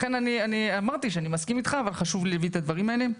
לכן אני אמרתי שאני מסכים איתך אבל חשוב לי להביא את הדברים האלה.